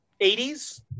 80s